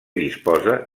disposa